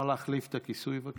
וההצבעות האלה.